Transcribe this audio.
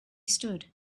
stood